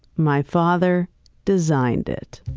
my father designed it.